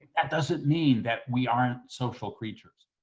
that doesn't mean that we aren't social creatures.